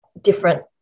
different